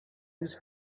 these